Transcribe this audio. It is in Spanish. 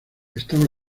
estaba